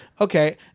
okay